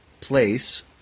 Place